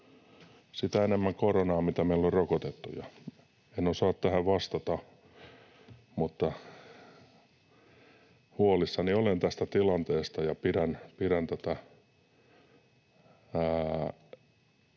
sitä enemmän koronaa, mitä enemmän meillä on rokotettuja? En osaa tähän vastata, mutta huolissani olen tästä tilanteesta, ja pidän tätä